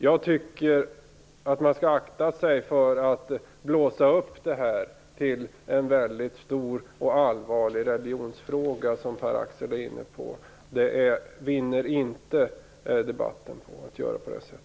Jag tycker att man skall akta sig för att blåsa upp detta till en stor och allvarlig religionsfråga, som Pär Axel Sahlberg gjorde. Debatten vinner inte på att man gör på det sättet.